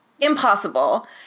Impossible